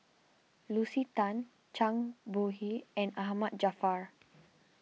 Lucy Tan Zhang Bohe and Ahmad Jaafar